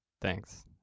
Thanks